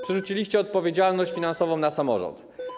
Przerzuciliście odpowiedzialność finansową na samorząd.